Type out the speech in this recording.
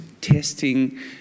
testing